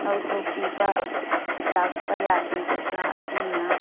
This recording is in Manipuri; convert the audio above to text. ꯂꯧꯊꯣꯛꯄꯤꯕ ꯂꯥꯛꯄ ꯌꯥꯕꯤꯒꯗ꯭ꯔꯥ ꯑꯗꯨꯅ